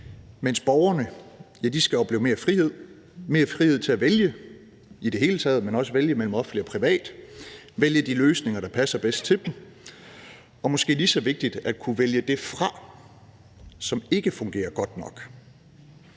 at vælge i det hele taget, men også vælge mellem offentligt og privat, vælge de løsninger, der passer bedst til dem, og måske lige så vigtigt at kunne vælge det fra, som ikke fungerer godt nok.